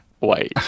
wait